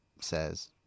says